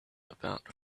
about